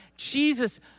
jesus